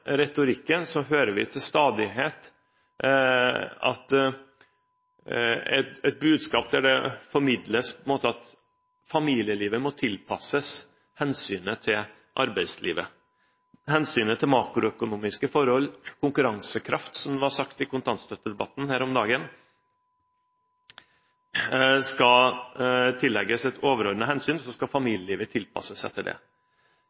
hører vi til stadighet et budskap der det på en måte formidles at familielivet må tilpasses hensynet til arbeidslivet. Makroøkonomiske forhold, konkurransekraft, som det ble sagt i kontantstøttedebatten her om dagen, skal tillegges et overordnet hensyn, og så skal familielivet tilpasses etter det.